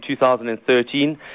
2013